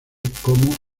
como